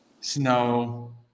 snow